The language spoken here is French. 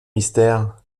mystère